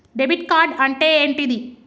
Debit card అంటే ఏంటిది?